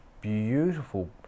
beautiful